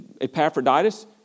Epaphroditus